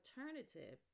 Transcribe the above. alternative